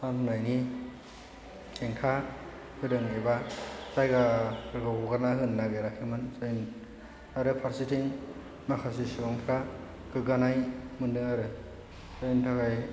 फाननायनि हेंथा होदों एबा जायगाफोराव हगारना होनो नागिराखैमोन जायनि आरो फारसेथिं माखासे सुबुंफ्रा गोग्गानाय मोन्दों आरो बेनि थाखाय